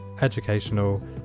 educational